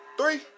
three